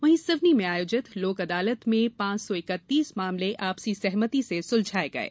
वहीं सिवनी में आयोजित लोक अदालत में पांच सौ इकत्तीस मामले आपसी सहमति से सुलझाये गये